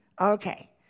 Okay